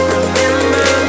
Remember